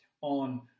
on